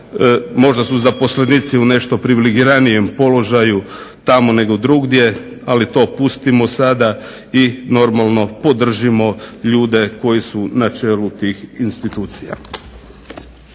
Možda su zaposlenici u nešto privilegiranijem položaju tamo nego drugdje, ali to pustimo sada i normalno podržimo ljude koji su na čelu tih institucija.